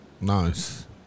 Nice